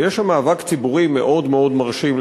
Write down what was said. ויש שם מאבק ציבורי מאוד מרשים.